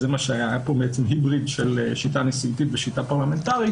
היה פה בעצם היבריד של שיטה נשיאותית ושיטה פרלמנטרית